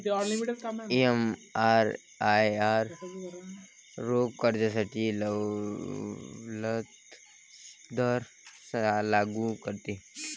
एमआरआयआर रोख कर्जासाठी सवलत दर लागू करते